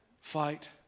fight